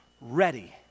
ready